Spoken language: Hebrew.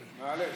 מעליש.